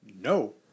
no